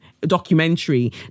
documentary